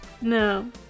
No